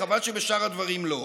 חבל שבשאר הדברים לא.